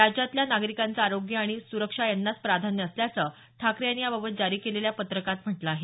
राज्यातल्या नागरिकांच आरोग्य आणि सुरक्षा यांनाच प्राधान्य असल्याचं ठाकरे यांनी याबाबत जारी केलेल्या पत्रकात म्हटलं आहे